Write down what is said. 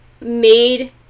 made